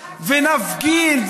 ונפגין,